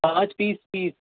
پانچ پیس پیس